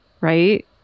right